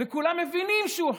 וכולם מבינים שהוא חשוב,